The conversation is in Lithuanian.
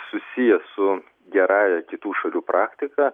susiję su gerąja kitų šalių praktika